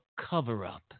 cover-up